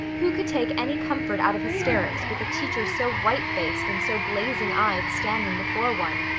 who could take any comfort out of hysterics with a teacher so white-faced and so blazing-eyed standing before one?